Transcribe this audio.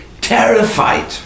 terrified